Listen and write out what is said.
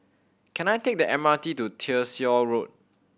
can I take the M R T to Tyersall Road